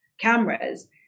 cameras